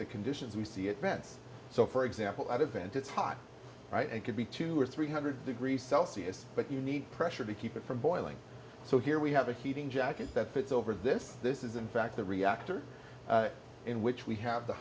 the conditions we see events so for example advantage is hot right and could be two or three hundred degrees celsius but you need pressure be keep it from boiling so here we have a heating jacket that fits over this this is in fact the reactor in which we have the